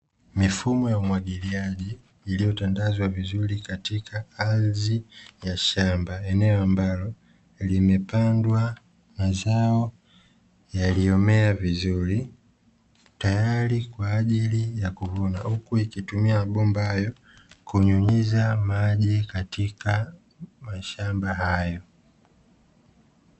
Mifumo ya umwagiliaji iliyotandazwa vizuri katika ardhi ya shamba, eneo ambalo limepandwa mazao yaliyomea vizuri, tayari kwa ajili ya kuvuna huku ikitumia mabomba hayo kunyunyiza maji katika mashamba hayo.